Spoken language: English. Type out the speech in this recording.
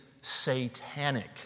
satanic